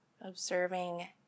Observing